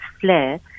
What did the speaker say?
flare